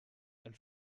elle